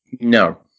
No